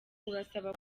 urasaba